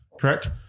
correct